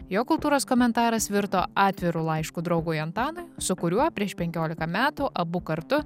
jo kultūros komentaras virto atviru laišku draugui antanui su kuriuo prieš penkiolika metų abu kartu